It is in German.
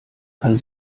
kann